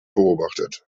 beobachtet